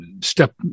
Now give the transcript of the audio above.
step